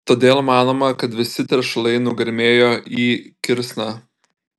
todėl manoma kad visi teršalai nugarmėjo į kirsną